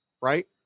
Right